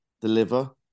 deliver